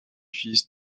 fils